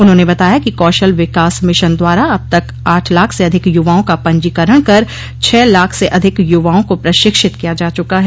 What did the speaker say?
उन्होंने बताया कि कौशल विकास मिशन द्वारा अब तक आठ लाख से अधिक युवाओं का पंजीकरण कर छह लाख से अधिक युवाओं को प्रशिक्षित किया जा चुका है